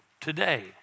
today